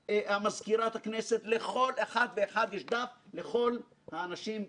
לצד חברי הוועדה עמל צוות כלכלנים מהשורה הראשונה,